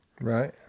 Right